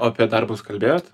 o apie darbus kalbėjot